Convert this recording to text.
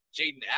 Jaden